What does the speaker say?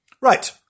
Right